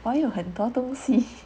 我有很多东西